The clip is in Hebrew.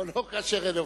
אבל לא כאשר הן עובדות.